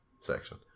section